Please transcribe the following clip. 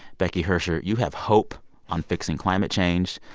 becky hersher, you have hope on fixing climate change.